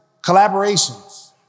Collaborations